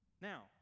Now